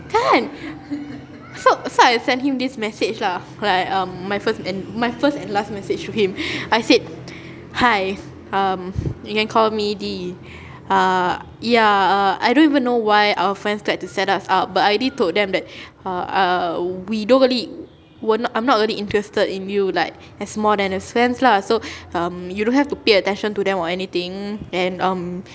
kan so so I sent him this message lah like um my first and my first and last message to him I said hi um you can call me D uh ya err I don't even know why our friends like to set us up but I already told them that err we don't really we're I'm not really interested in you like as more than as friends lah so um you don't have to pay attention to them or anything and um